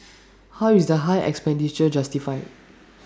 how is the high expenditure justified